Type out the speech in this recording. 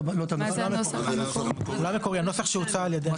לא המקורי, הנוסח שהוצע על ידינו.